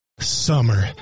summer